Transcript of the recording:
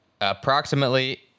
approximately